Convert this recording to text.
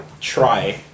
Try